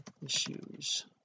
issues